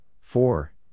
four